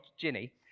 Ginny